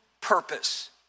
purpose